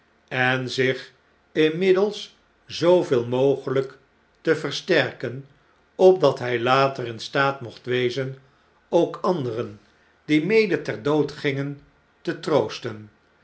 en zichinmiddels zooveel mogelijkte versterken opdat hy later in staat mocht wezen ook anderen die mede ter dood gingen te troosten